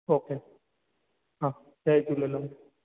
okay हा जय झूलेलाल